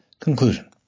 Conclusion